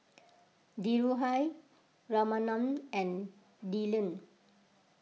Dhirubhai Ramanand and Dhyan